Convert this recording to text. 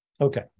Okay